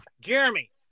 Jeremy